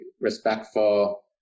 respectful